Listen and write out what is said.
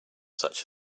such